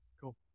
cool